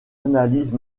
analyse